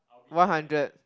one hundred